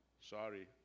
Sorry